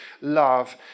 love